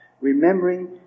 remembering